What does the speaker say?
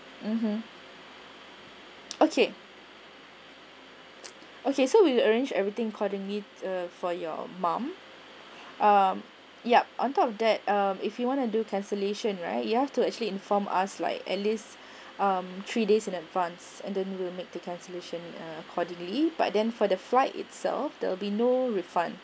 err hmm okay okay so we will arrange everything accordingly err for your mum um yup on top of that um if you want to do cancellation right you have to actually inform us like at least um three days in advance and then we'll make the cancellation uh accordingly but then for the flight itself there will be no refund